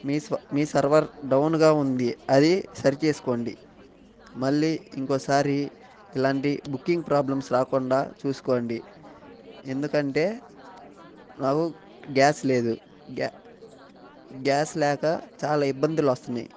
మీ స్వ మీ సర్వర్ డౌన్గా ఉంది అది సరిచేసుకోండి మళ్ళీ ఇంకొకసారి ఇలాంటి బుకింగ్ ప్రాబ్లమ్స్ రాకుండా చూసుకోండి ఎందుకంటే నాకు గ్యాస్ లేదు గ్యా గ్యాస్ లేక చాలా ఇబ్బందులు వస్తున్నాయి